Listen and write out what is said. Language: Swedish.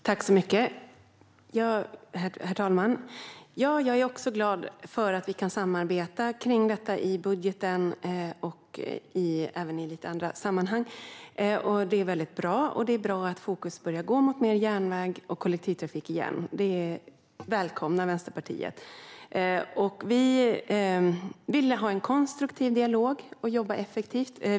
Herr talman! Ja, jag är också glad för att vi kan samarbeta i detta i budgeten och i andra sammanhang. Det är bra. Det är också bra att fokus sätts alltmer på järnväg och kollektivtrafik, vilket Vänsterpartiet välkomnar. Vi vill ha en konstruktiv dialog och jobba effektivt.